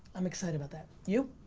i'm excited about that. you?